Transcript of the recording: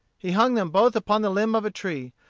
he hung them both upon the limb of a tree,